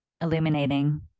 illuminating